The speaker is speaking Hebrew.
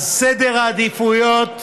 אז סדר העדיפויות,